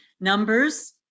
Numbers